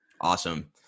Awesome